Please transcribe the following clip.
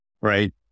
right